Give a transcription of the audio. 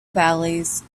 valleys